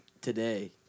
today